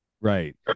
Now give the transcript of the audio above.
Right